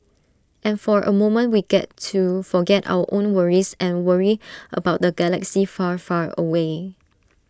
and for A moment we get to forget our own worries and worry about the galaxy far far away